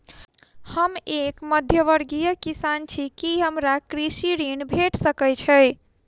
हम एक मध्यमवर्गीय किसान छी, की हमरा कृषि ऋण भेट सकय छई?